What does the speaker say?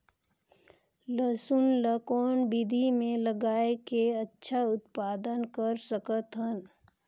लसुन ल कौन विधि मे लगाय के अच्छा उत्पादन कर सकत हन?